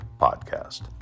Podcast